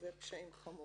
זה פשעים חמורים.